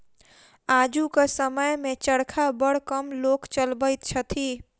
आजुक समय मे चरखा बड़ कम लोक चलबैत छथि